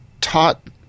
taught